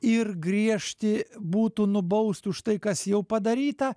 ir griežti būtų nubaust už tai kas jau padaryta